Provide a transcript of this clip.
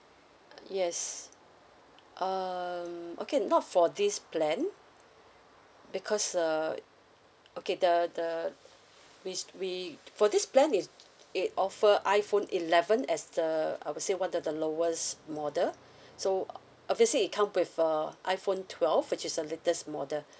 yes um okay not for this plan because err okay the the which we for this plan it it offer iphone eleven as the I would say what the the lowest model so obviously it come with a iphone twelve which is the latest model